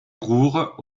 roure